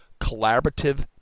collaborative